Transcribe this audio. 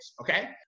Okay